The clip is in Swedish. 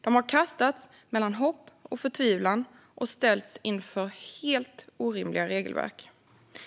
De har kastats mellan hopp och förtvivlan och ställts inför orimliga regelverk.